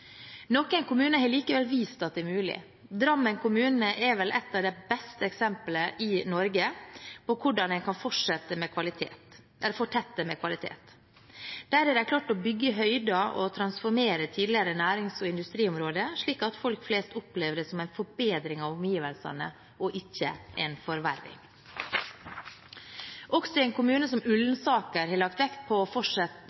Noen kommuner har likevel vist at det er mulig. Drammen kommune er vel et av de beste eksemplene i Norge på hvordan en kan fortette med kvalitet. Der har de klart å bygge i høyden og transformere tidligere nærings- og industriområder, slik at folk flest opplever det som en forbedring av omgivelsene og ikke en forverring. Også en kommune som Ullensaker har lagt vekt på å